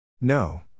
No